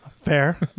Fair